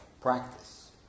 practice